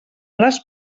les